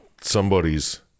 Somebody's